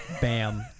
Bam